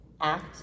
act